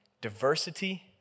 diversity